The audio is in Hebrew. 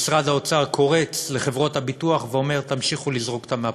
משרד האוצר קורץ לחברות הביטוח ואומר: תמשיכו לזרוק אותם מהפוליסות.